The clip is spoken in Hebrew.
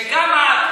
שגם את,